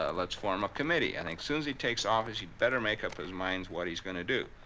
ah let's form a committee. and as soon as he takes office, he'd better make up his mind what he's going to do.